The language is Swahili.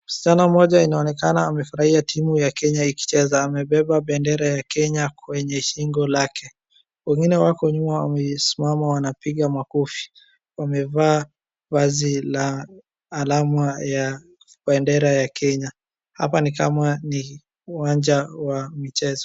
Msichana mmoja inaonekana amefurahia timu ya Kenya ikicheza, amebeba bendera ya Kenya kwenye shingo lake, wengine wako nyuma wamesimama wanapiga makofi, wamevaa vazi la alama ya bendera ya Kenya, hapa ni kama ni uwanja wa michezo